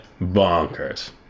bonkers